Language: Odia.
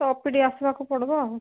ତ ଓ ପି ଡ଼ି ଆସିବାକୁ ପଡ଼ିବ ଆଉ